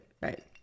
right